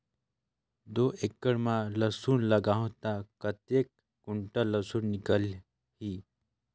दो एकड़ मां लसुन लगाहूं ता कतेक कुंटल लसुन निकल ही?